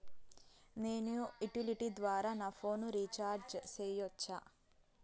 నేను యుటిలిటీ ద్వారా నా ఫోను రీచార్జి సేయొచ్చా?